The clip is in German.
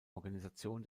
organisation